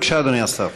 בבקשה, אדוני השר.